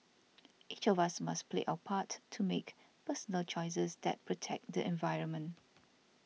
each of us must play our part to make personal choices that protect the environment